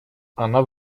она